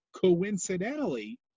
coincidentally